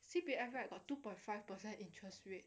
C_P_F right got two point five percent interest rate